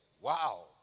Wow